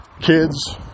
Kids